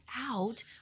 out